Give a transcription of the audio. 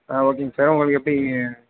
ஆ ஓகேங்க சார் உங்களுக்கு எப்படி